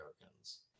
Americans